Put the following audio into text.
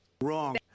Wrong